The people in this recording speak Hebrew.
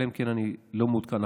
אלא אם כן אני לא מעודכן,